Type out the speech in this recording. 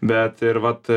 bet vat